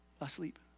asleep